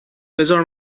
بزار